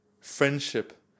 Friendship